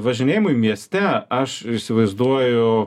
važinėjimui mieste aš įsivaizduoju